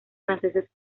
franceses